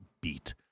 beat